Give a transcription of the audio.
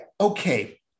okay